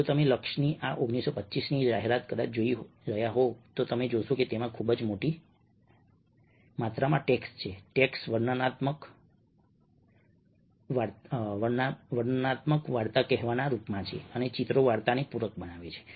જો તમે લક્સની આ 1925ની જાહેરખબર જોઈ રહ્યા છો તો તમે જોશો કે તેમાં ખૂબ જ મોટી માત્રામાં ટેક્સ્ટ છે ટેક્સ્ટ વર્ણનાત્મક વાર્તા કહેવાના રૂપમાં છે અને ચિત્રો વાર્તાને પૂરક બનાવે છે